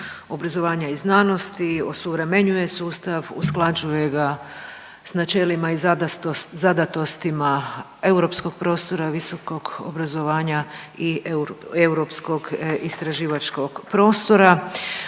obrazovanja i znanosti, osuvremenjuje sustav, usklađuje ga s načelima i zadatostima europskog prostora visokog obrazovanja i europskog istraživačkog prostora.